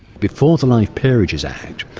before the life peerages act,